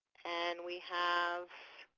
and we have